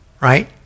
Right